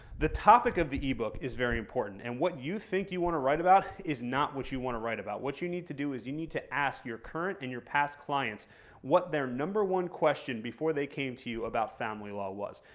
the topic of the ebook is very important, and what you think you want to write about, is not what you want to write about. what you need to do is you need to ask your current and your past clients what their number one question before they came to you about family law was.